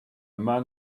man